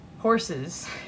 horses